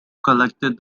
collected